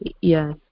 Yes